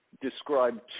describe